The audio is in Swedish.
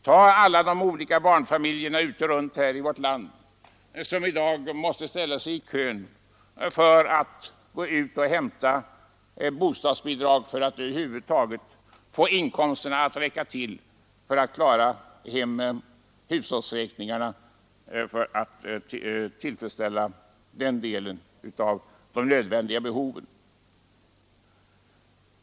Tag alla de olika barnfamiljerna runt om i vårt land, som i dag måste ställa sig i kön och hämta bostadsbidrag för att över huvud taget få inkomsterna att räcka till hushållsräkningarna och tillfredsställa den delen av de nödvändiga behoven!